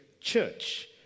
church